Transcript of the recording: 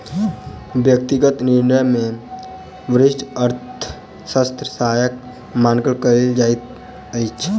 व्यक्तिगत निर्णय मे व्यष्टि अर्थशास्त्र सहायक मानल जाइत अछि